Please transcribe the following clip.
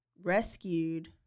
rescued